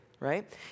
right